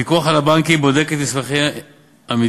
הפיקוח על הבנקים בודק את מסמכי המדיניות